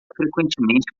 frequentemente